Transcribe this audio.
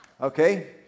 okay